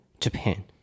Japan